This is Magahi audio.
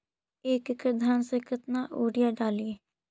एक एकड़ धान मे कतना यूरिया डाली?